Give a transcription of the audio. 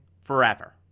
forever